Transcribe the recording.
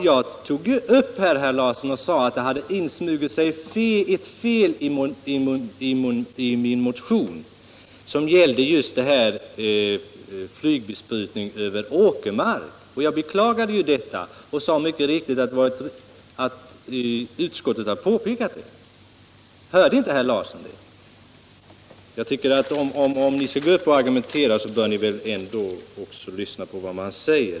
Jag sade ju att det hade insmugit sig ett fel i min motion som gällde just flygbesprutning över åkermark, och jag beklagade detta och sade att utskottet mycket riktigt hade påpekat det. Hörde herr Larsson inte det? Jag tycker att om ni skall gå upp och argumentera så bör ni ändå lyssna på vad man säger.